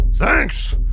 Thanks